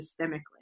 systemically